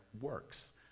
works